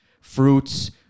fruits